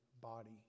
body